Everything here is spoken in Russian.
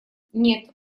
нет